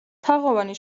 თაღოვანი